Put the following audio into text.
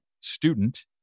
student